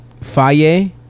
Faye